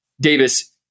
Davis